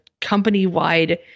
company-wide